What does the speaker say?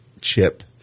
chip